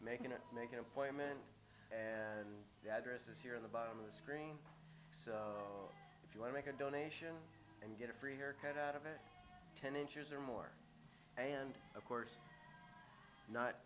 it make an appointment and the address is here in the bottom of the screen if you want to make a donation and get a free hair cut out of it ten inches or more and of course